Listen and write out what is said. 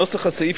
נוסח הסעיף,